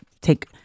take